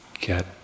get